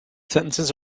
sentences